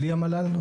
בלי המל"ל?